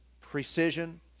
precision